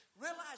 Realize